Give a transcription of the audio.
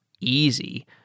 easy